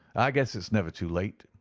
i guess it's never too late.